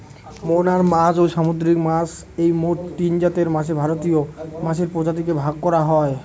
মোহনার মাছ, ও সামুদ্রিক মাছ এই মোট তিনজাতের মাছে ভারতীয় মাছের প্রজাতিকে ভাগ করা যায়